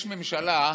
יש ממשלה,